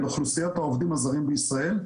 אל אוכלוסיית העובדים הזרים בישראל,